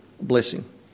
blessing